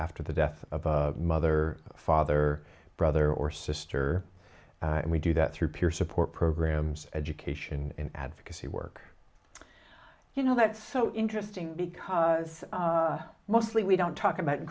after the death of a mother father brother or sister and we do that through peer support programs education advocacy work you know that's so interesting because mostly we don't talk about